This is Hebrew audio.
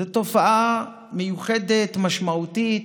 זאת תופעה מיוחדת, משמעותית.